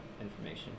information